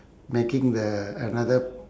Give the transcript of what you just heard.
making the another